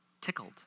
tickled